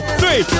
three